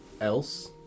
else